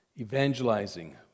evangelizing